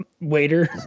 waiter